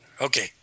Okay